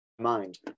mind